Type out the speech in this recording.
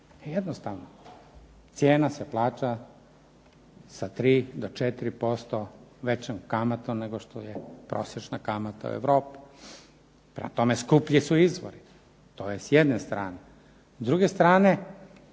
jednostavno, cijena se plaća sa 3 do 4% većom kamatom nego što je prosječna kamata u Europi. Prema tome, skuplji su izvori, to je s jedne strane.